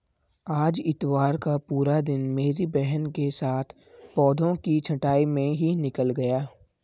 आज इतवार का पूरा दिन मेरी बहन के साथ पौधों की छंटाई में ही निकल गया